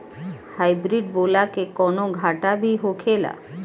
Hybrid बोला के कौनो घाटा भी होखेला?